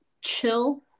chill